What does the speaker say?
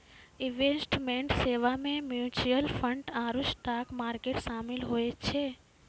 investment सेबा मे mutual fund आरु स्टाक मार्केट शामिल होय छै